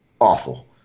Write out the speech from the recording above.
Awful